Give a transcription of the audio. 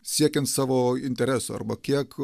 siekiant savo interesų arba kiek